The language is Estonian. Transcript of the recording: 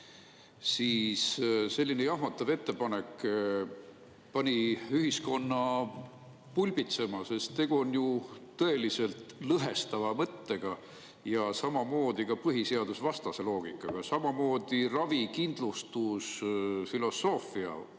Selline jahmatav ettepanek pani ühiskonna pulbitsema, sest tegu on ju tõeliselt lõhestava mõttega ja samamoodi põhiseadusvastase loogikaga ja ravikindlustusfilosoofia-vastase